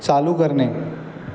चालू करणे